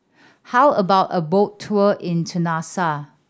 how about a boat tour in Tunisia